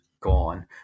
gone